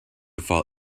fall